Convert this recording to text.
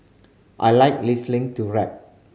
I like listening to rap